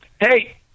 Hey